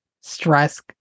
stress